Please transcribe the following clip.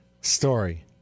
story